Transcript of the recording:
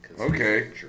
Okay